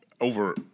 Over –